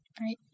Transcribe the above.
Right